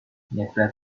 نفرت